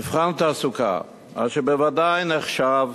מבחן התעסוקה, אשר בוודאי נחשב